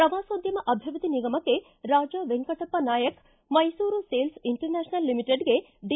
ಪ್ರವಾಸೋದ್ಯಮ ಅಭಿವೃದ್ದಿ ನಿಗಮಕ್ಕೆ Raja Venkatappa Nayaka Mysuru sales international ಲಿಮಿಟೆಡ್ಗೆ ಡಿ